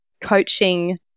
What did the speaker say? coaching